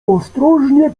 ostrożnie